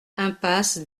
impasse